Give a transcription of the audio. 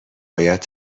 باید